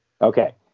Okay